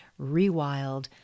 rewild